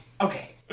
Okay